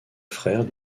frère